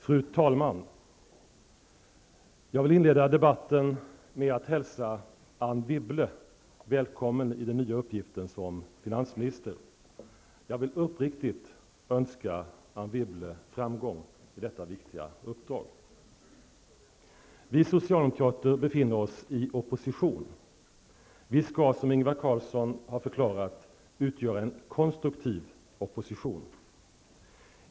Fru talman! Jag vill inleda debatten med att hälsa Anne Wibble välkommen i den nya uppgiften som finansminister. Jag vill uppriktigt önska Anne Wibble framgång i detta viktiga uppdrag. Vi socialdemokrater befinner oss i opposition. Vi skall, som Ingvar Carlsson har förklarat, utgöra en konstruktiv opposition.